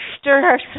stir